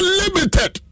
limited